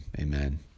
amen